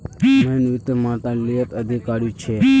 महेंद्र वित्त मंत्रालयत अधिकारी छे